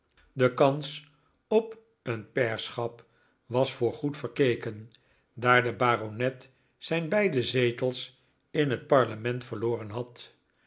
de kans op een pairschap was voorgoed verkeken daar de baronet zijn beide zetels in het parlement verloren had